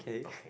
okay